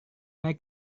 mari